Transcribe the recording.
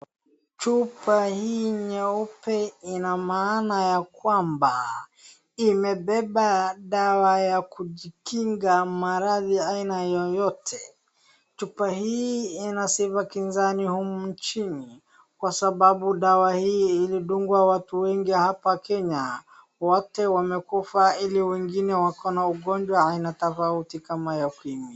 Chupa hii nyeupe ina maana ya kwamba imebeba dawa ya kujikinga maradhi aina yoyote. Chupa hii ina sifa kinzani humu nchini kwa sababu dawa hii ilidungwa watu wengi hapa Kenya wote wamekufa ili wengine wako na ugonjwa aina tofauti kama ya...